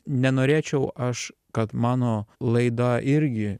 nenorėčiau aš kad mano laida irgi